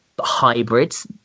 hybrids